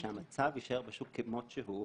ושהמצב יישאר בשוק כמות שהוא,